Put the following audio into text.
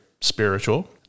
spiritual